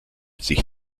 sich